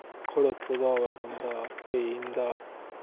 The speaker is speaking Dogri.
खड़ौते दा होऐ बंदा ढेही जंदा